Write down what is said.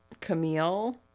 Camille